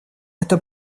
это